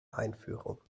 einführung